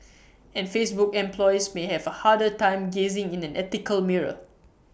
and Facebook employees may have A harder time gazing in an ethical mirror